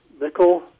nickel